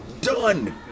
Done